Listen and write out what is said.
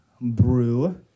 brew